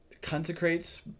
Consecrates